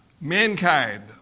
mankind